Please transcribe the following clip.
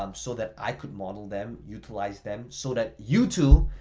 um so that i could model them, utilize them so that you too,